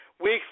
Weeks